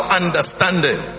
understanding